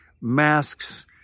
masks